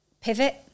pivot